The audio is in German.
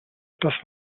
das